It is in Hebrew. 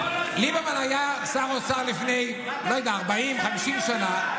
ליברמן היה שר אוצר לא יודע, לפני 40, 50 שנה.